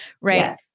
right